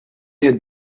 had